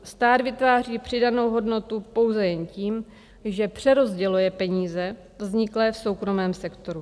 Stát vytváří přidanou hodnotu pouze jen tím, že přerozděluje peníze vzniklé v soukromém sektoru.